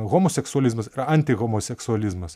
homoseksualizmas yra antihomoseksualizmas